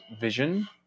Vision